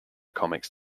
comics